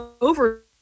over